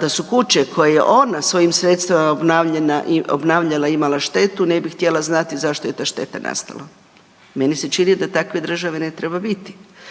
da su kuće koje je ona svojim sredstvima obnavljala imala štetu, ne bi htjela znati zašto je ta šteta nastala? Meni se čini da takve države ne treba biti.